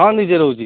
ହଁ ନିଜେ ରହୁଛି